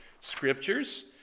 scriptures